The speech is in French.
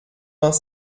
vingt